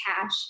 Cash